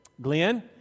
Glenn